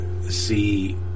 see